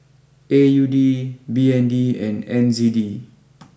A U D B N D and N Z D